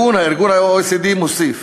ה-OECD הוסיף